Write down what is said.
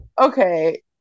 Okay